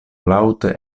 laŭte